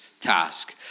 task